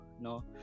no